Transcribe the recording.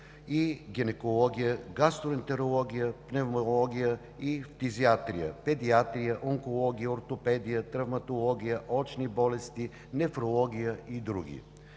и гинекология, гастроентерология, пневмология и дизартрия, педиатрия, онкология, ортопедия, травматология, очни болести, нефрология и други.